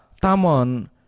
tamon